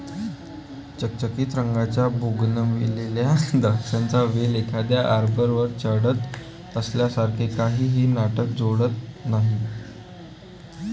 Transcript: चकचकीत रंगाच्या बोगनविले द्राक्षांचा वेल एखाद्या आर्बरवर चढत असल्यासारखे काहीही नाटक जोडत नाही